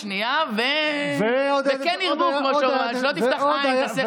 השנייה, וכן ירבו, שלא תפתח עין.